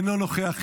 אינו נוכח.